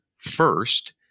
First